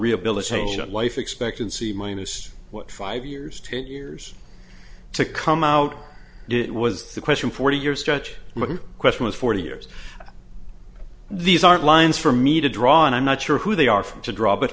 rehabilitation and life expectancy minus what five years ten years to come out it was the question forty year stretch my question was forty years these aren't lines for me to draw and i'm not sure who they are for to draw but